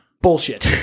bullshit